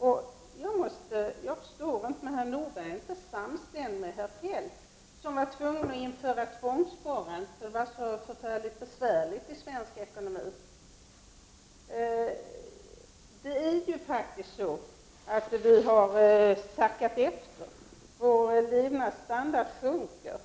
Jag förstår inte att herr Nordberg inte är samstämmig med herr Feldt som var tvungen att införa tvångssparandet, eftersom det var så förfärligt besvärligt i svensk ekonomi. Vi har sackat efter i Sverige och vår levnadsstandard sjunker.